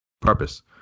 purpose